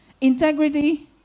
integrity